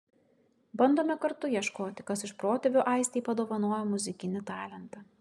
bandome kartu ieškoti kas iš protėvių aistei padovanojo muzikinį talentą